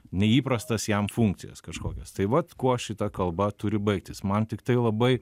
neįprastas jam funkcijas kažkokias tai vat kuo šita kalba turi baigtis man tiktai labai